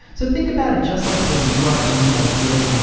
so think about it just like when you are in a real